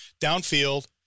downfield